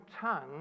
tongue